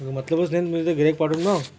मतलबच नाही ना तुमच्या इथे गिऱ्हाईक पाठवण्यात मग